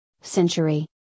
century